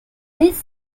these